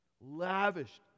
lavished